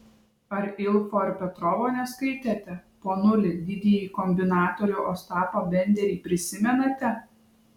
ar ilfo ir petrovo neskaitėte ponuli didįjį kombinatorių ostapą benderį prisimenate